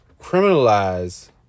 criminalize